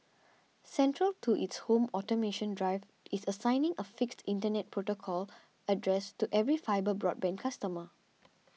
central to its home automation drive is assigning a fixed internet protocol address to every fibre broadband customer